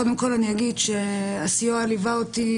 קודם כול אגיד שהסיוע ליווה אותי